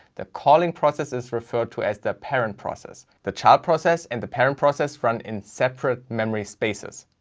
the calling process is referred to as the parent process the child process and the parent process run in separate memory spaces.